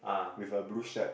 with a blue shirt